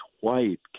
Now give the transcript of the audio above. white